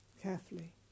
carefully